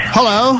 Hello